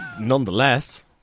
Nonetheless